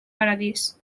paradís